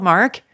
Mark